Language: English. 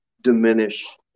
diminish